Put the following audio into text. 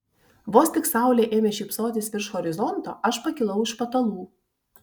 vos tik saulė ėmė šypsotis virš horizonto aš pakilau iš patalų